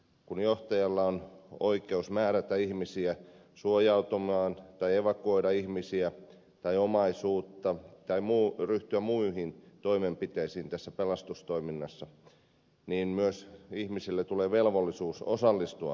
kun johtajalla on oikeus määrätä ihmisiä suojautumaan tai evakuoida ihmisiä tai omaisuutta tai ryhtyä muihin toimenpiteisiin pelastustoiminnassa niin myös ihmisille tulee velvollisuus osallistua siihen toimintaan